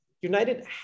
United